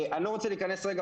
אני לא רוצה להיכנס רגע,